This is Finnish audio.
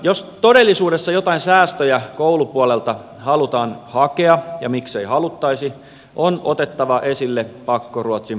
jos todellisuudessa jotain säästöjä koulupuolelta halutaan hakea ja miksei haluttaisi on otettava esille pakkoruotsin poistaminen